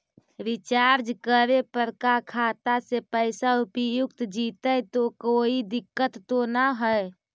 Recharge करे पर का खाता से पैसा उपयुक्त जितै तो कोई दिक्कत तो ना है?